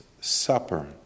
Supper